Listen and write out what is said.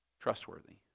trustworthy